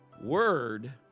word